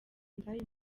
indaya